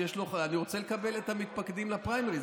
אני רוצה לקבל את המתפקדים לפריימריז.